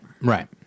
right